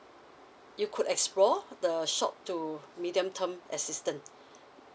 you could explore the short to medium term assistance